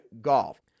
golf